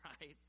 right